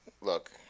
look